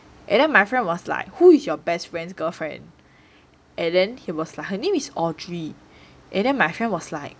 and then my friend was like who is your best friend's girlfriend and then he was like her name is audrey and then my friend was like